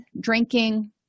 drinking